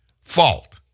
fault